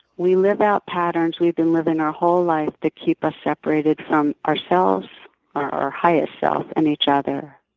we live out patterns we've been living our whole life that keep us separated from ourselves our highest self and each other.